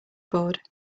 board